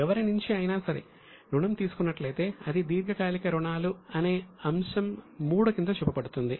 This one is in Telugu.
ఎవరి నుంచి అయినా సరే రుణం తీసుకున్నట్లయితే అది దీర్ఘకాలిక రుణాలు అనే అంశం 3 కింద చూపబడుతుంది